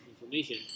information